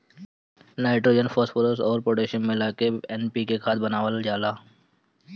nitrogen, phosphorus अउर potassium मिला के एन.पी.के खाद बनावल जाला